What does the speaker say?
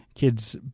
Kids